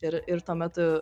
ir ir tuo metu